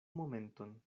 momenton